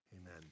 Amen